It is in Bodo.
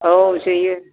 औ जोयो